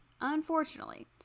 Unfortunately